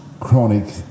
Chronic